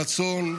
הרצון,